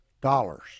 dollars